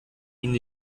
ihnen